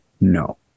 No